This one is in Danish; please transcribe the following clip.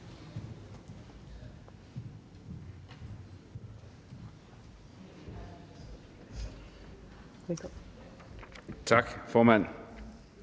Tak, formand.